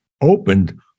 opened